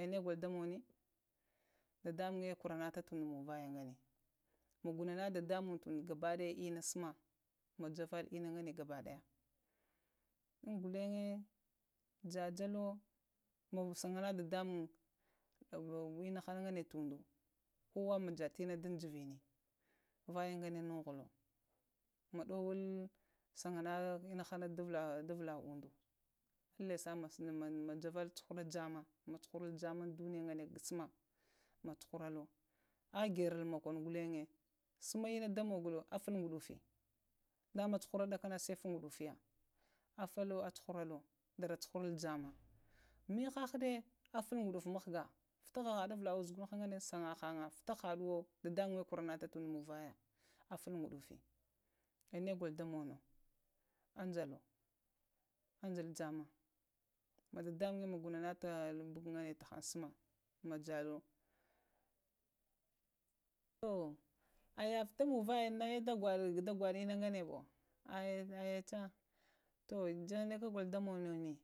ah negolo damoni dadamunŋe kwarata manzvaya na muna maghnata dadamunŋ to undu gaɓaɗaya təna suma ando manaval inna ngane gaɓanaya umgokanze jajalo ma sanghana dada mung go innahana tundo ko man jatənə mghgini vaya ngane novolo maɗowolo sagana innahane davulə ɓ undu majaval ahu rajana suma umdu, ma cuharalo ah gerolo mokono ghune suma inna da mogolo afa guɗufu dama cuhura ɗakana sai faguɗufuya afalo a cuhuralo, dara cuhuralo zammng mahahaɗe afafa gudufu mghga ko hahaɗe əvalae zugunha ghane ɓagaha vita haɗuwa dadamaye kwaratal tundo munvaya, afaguɗufə, ne golo damono, ajal jamma, ma dada munze ma gunaltya ma jalo ɓo ah vita munvaya ah da gwado inna ngane ɓo ceh, əbya jamma nə kagolo damona